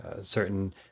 certain